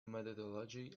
methodology